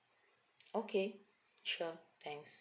okay sure thanks